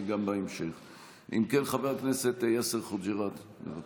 אם כן, חבר הכנסת יאסר חוג'יראת, בבקשה.